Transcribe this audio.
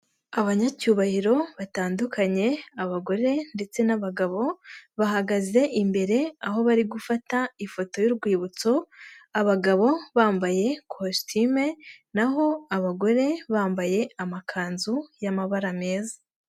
Abanyacyubahiro batandukanye, abagore ndetse n'abagabo bahagaze imbere aho bari gufata ifoto y'urwibutso, abagabo bambaye kositime naho abagore bambaye amakanzu y'amabara meza.